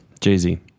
Jay-Z